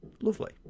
lovely